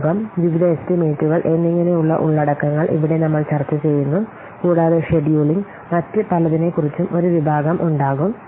ആമുഖം വിവിധ എസ്റ്റിമേറ്റുകൾ എന്നിങ്ങനെയുള്ള ഉള്ളടക്കങ്ങൾ ഇവിടെ നമ്മൾ ചർച്ചചെയ്യുന്നു കൂടാതെ ഷെഡ്യൂളിംഗ് മറ്റ് പലത്തിനെക്കുറിച്ചും ഒരു വിഭാഗം ഉണ്ടാകും